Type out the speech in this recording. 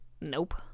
nope